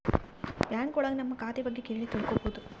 bank ಒಳಗ ನಮ್ ಖಾತೆ ಬಗ್ಗೆ ಕೇಳಿ ತಿಳ್ಕೋಬೋದು